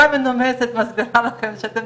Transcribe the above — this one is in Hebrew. שבהתייחס לתכנון ולפיזור האוכלוסייה שהיה